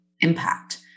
impact